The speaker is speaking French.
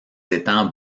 étangs